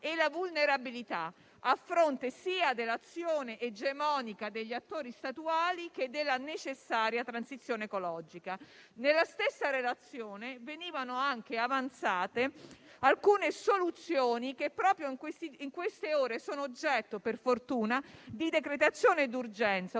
e la vulnerabilità, a fronte sia dell'azione egemonica degli attori statuali, sia della necessaria transizione ecologica. Nella stessa relazione, venivano anche avanzate alcune soluzioni che proprio in queste ore sono oggetto, per fortuna, di decretazione d'urgenza